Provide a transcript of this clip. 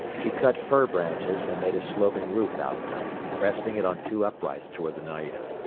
he cut fir branches and made a sloping roof out of them, resting it on two uprights toward the naida.